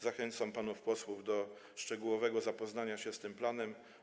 Zachęcam panów posłów do szczegółowego zapoznania się z tym planem.